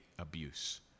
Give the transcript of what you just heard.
abuse